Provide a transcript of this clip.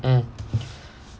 mm